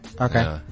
okay